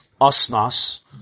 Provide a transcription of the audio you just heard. Asnas